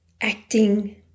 acting